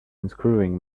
unscrewing